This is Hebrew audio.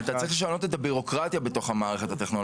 אתה צריך לשנות את הבירוקרטיה בתוך המערכת הטכנולוגית.